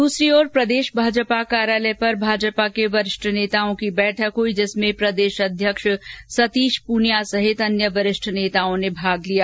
दूसरी ओर प्रदेश भाजपा कार्यालय पर भाजपा के वरिष्ठ नेताओं की बैठक हुई जिसमें प्रदेश अध्यक्ष सतीश पूनिया सहित अन्य वरिष्ठ नेताओं ने भाग लिया